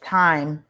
time